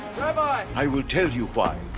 rabbi! i will tell you why.